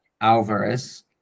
Alvarez